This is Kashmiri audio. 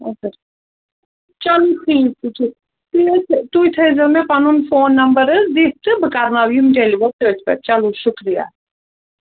اَچھا چلو ٹھیٖک چھُ ٹھیٖک چھُ تُہۍ حظ تُہۍ تھٲوِزیٚو مےٚ پَنُن فون نمبر حظ دِتھ تہٕ بہٕ کَرٕناو یِم ڈیلوَر تٔتھۍ پٮ۪ٹھ چلو شُکریہ